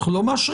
אנחנו לא מאשרים.